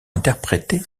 interprétée